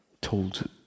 told